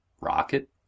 Rocket